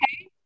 Okay